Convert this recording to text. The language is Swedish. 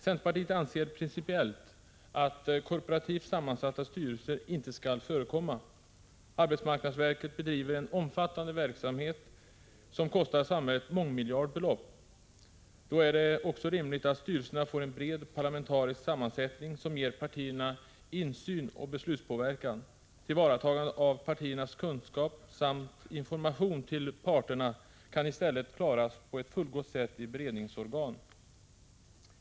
Centerpartiet anser principellt att korporativt sammansatta styrelser inte skall förekomma. Arbetsmarknadsverket bedriver en omfattande verksamhet som kostar samhället mångmiljardbelopp. Då är det också rimligt att styrelserna får en bred parlamentarisk sammansättning som ger partierna insyn och möjlighet att påverka besluten. Tillvaratagandet av partiernas kunskap samt information till parterna kan i stället på ett fullgott sätt klaras i beredningsorgan.